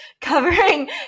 covering